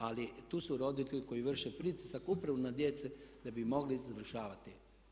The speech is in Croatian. Ali tu su roditelji koji vrše pritisak upravo na djecu da bi mogli završavati.